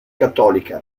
cattolica